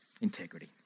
Integrity